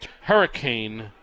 hurricane